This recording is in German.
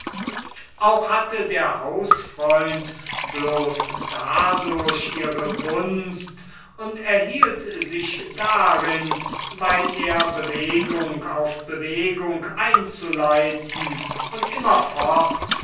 auch hatte der hausfreund bloß dadurch ihre gunst und erhielt sich darin weil er bewegung auf bewegung einzuleiten und